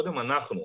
קודם אנחנו,